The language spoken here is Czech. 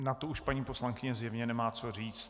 Na to paní poslankyně zjevně nemá co říct.